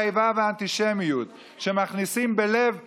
האיבה והאנטישמיות שמכניסים בלב הנוער,